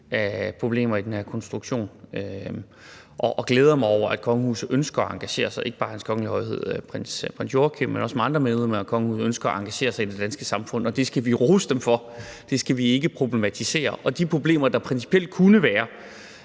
problemer i den her konstruktion. Og jeg glæder mig over, at kongehuset ønsker at engagere sig i det danske samfund – ikke bare Hans Kongelige Højhed Prins Joachim, men også andre medlemmer af kongehuset – og det skal vi rose dem for; det skal vi ikke problematisere. De problemer, der principielt kunne være,